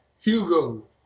Hugo